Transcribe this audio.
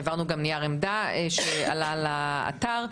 העברנו גם נייר עמדה שעלה לאתר.